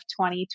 2020